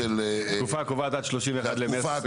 התקופה הקובעת עד 31 במרס.